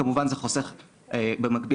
וכך נוצר שם כוח מקומי שעושה שינוי מקומי